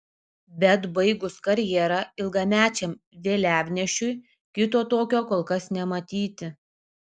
bet baigus karjerą ilgamečiam vėliavnešiui kito tokio kol kas nematyti